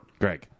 Greg